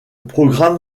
programme